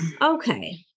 Okay